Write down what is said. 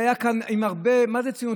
מה זה ציונות?